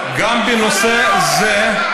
שני בריונים, גם בנושא זה,